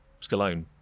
Stallone